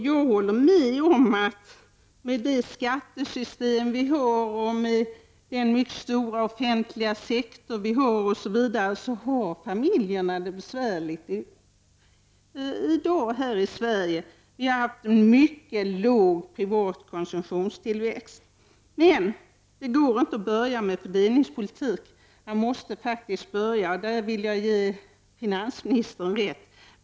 Jag håller med om att med det skattesystem som vi har, med den stora offentliga sektorn m.m. , har familjerna det besvärligt i dag här i Sverige. Vi har haft en mycket låg privat konsumtionstillväxt, men det går inte börja med fördelningspolitik. Man måste börja med utbudspolitik; där vill jag faktiskt ge finansministern rätt.